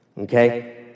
Okay